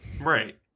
right